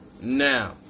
Now